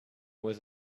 was